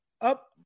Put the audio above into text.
up